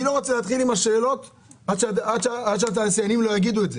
אני לא רוצה להתחיל עם השאלות עד שהתעשיינים לא יגידו את זה,